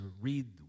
read